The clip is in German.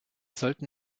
sollten